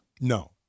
No